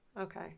Okay